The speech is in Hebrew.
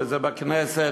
וזה בכנסת,